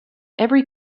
every